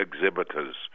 exhibitors